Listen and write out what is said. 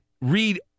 read